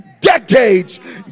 decades